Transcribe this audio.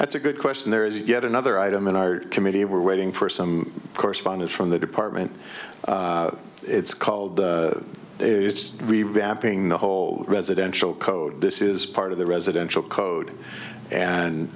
that's a good question there is yet another item in our committee we're waiting for some correspondence from the department it's called we ramping the whole residential code this is part of the residential code and